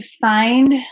find